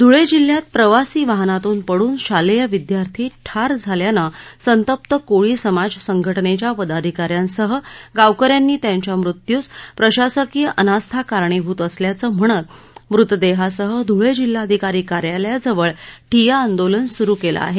ध्ळे जिल्ह्यात प्रवासी वाहनातून पडून शालेय विद्यार्थी ठार झाल्याने संतप्त कोळी समाज संघटनेच्या पदाधिकाऱ्यांसह गावकऱ्यांनी त्याच्या मृत्यूस प्रशासकीय अनास्था कारणीभुत असल्याचे म्हणत मृतदेहासह ध्ळे जिल्हाधिकारी कार्यालयाजवळ ठिय्या आंदोलन सुरु केलं आहे